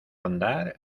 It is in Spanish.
andar